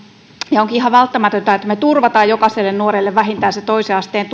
ja onkin ihan välttämätöntä että me turvaamme jokaiselle nuorelle vähintään sen toisen asteen